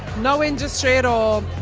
no industry at all,